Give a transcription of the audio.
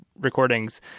recordings